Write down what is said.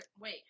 wait